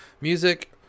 music